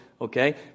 okay